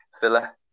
Villa